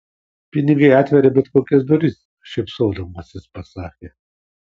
pinigai atveria bet kokias duris šypsodamasis pasakė